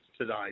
today